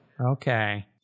Okay